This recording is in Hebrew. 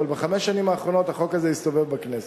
אבל בחמש השנים האחרונות החוק הזה הסתובב בכנסת.